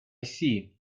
see